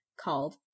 called